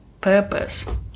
purpose